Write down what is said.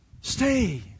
Stay